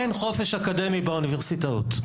אין חופש אקדמי באוניברסיטאות,